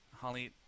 Holly